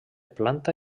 planta